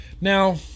now